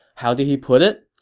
how did he put it?